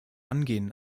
angehen